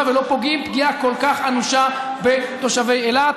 ולא פוגעים פגיעה כל כך אנושה בתושבי אילת.